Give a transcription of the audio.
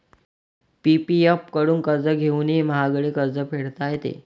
PPF कडून कर्ज घेऊनही महागडे कर्ज फेडता येते